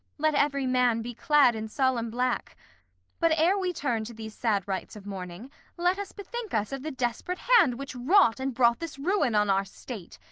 let every man be clad in solemn black but ere we turn to these sad rites of mourning let us bethink us of the desperate hand which wrought and brought this ruin on our state,